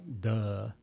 duh